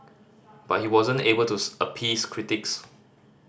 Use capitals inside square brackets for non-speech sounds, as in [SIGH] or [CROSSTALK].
but he wasn't able to [UNINTELLIGIBLE] appease critics